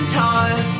time